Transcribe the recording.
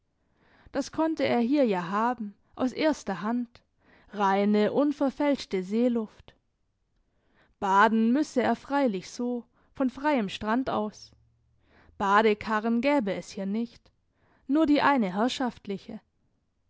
das konnte er hier ja haben aus erster hand reine unverfälschte seeluft baden müsse er freilich so von freiem strand aus badekarren gäbe es hier nicht nur die eine herrschaftliche